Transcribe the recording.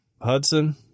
hudson